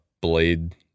blade